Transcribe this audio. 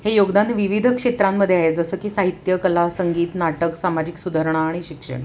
हे योगदान विविध क्षेत्रांमध्ये आहे जसं की साहित्य कला संगीत नाटक सामाजिक सुधारणा आणि शिक्षण